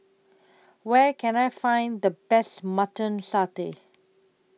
Where Can I Find The Best Mutton Satay